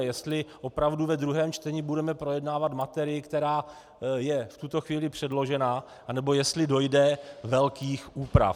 Jestli opravdu ve druhém čtení budeme projednávat materii, která je v tuto chvíli předložena, anebo jestli dojde velkých úprav.